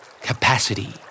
Capacity